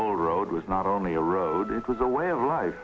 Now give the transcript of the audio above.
whole road was not only a road it was a way of life